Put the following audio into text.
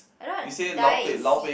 I know die is si